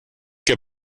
que